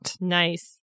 Nice